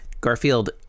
Garfield